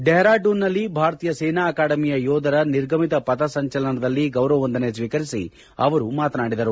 ಡೆಪರಾಡೂನ್ ನಲ್ಲಿ ಭಾರತೀಯ ಸೇನಾ ಅಕಾಡಮಿಯ ಯೋಧರ ನಿರ್ಗಮಿತ ಪಥ ಸಂಚಲನದಲ್ಲಿ ಗೌರವವಂದನೆ ಸ್ವೀಕರಿಸಿ ಅವರು ಮಾತನಾಡಿದರು